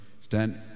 stand